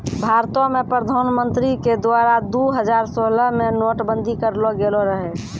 भारतो मे प्रधानमन्त्री के द्वारा दु हजार सोलह मे नोट बंदी करलो गेलो रहै